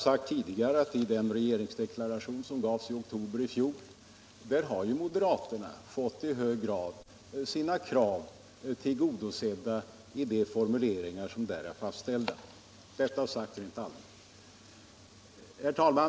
Moderaterna har ju i hög grad fått sina krav tillgodosedda i regeringsdeklarationen i oktober i fjol. Herr talman!